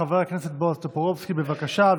חבר הכנסת בועז טופורובסקי, בבקשה.